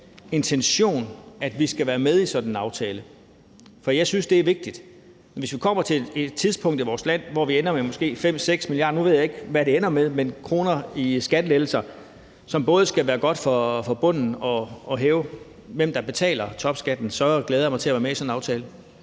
intention, at vi skal være med i sådan en aftale. For jeg synes, det er vigtigt. Hvis vi kommer til et tidspunkt i vores land, hvor vi ender med måske, nu ved jeg ikke, hvad det ender med, men 5-6 mia. kr. i skattelettelser, som både skal være godt for bunden og hæve grænsen for, hvem der betaler topskat, så glæder jeg mig til at være med i sådan en aftale.